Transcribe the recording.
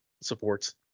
supports